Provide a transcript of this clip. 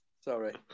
Sorry